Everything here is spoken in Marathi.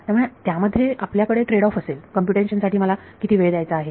त्यामुळे त्यामध्ये आपल्याकडे ट्रेड ऑफ असेल कम्प्युटेशन साठी मला किती वेळ द्यायचा आहे